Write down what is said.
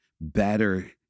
Better